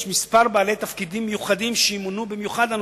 יש כמה בעלי תפקידים מיוחדים שימונו במיוחד לנושא: